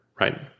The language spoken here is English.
right